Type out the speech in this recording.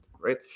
right